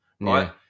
right